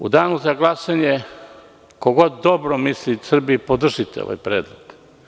U danu za glasanje ko god dobro mislio Srbiji neka podrži ovaj predlog.